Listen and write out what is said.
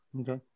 Okay